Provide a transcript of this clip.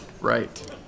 Right